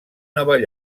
nova